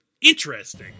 interesting